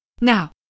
Now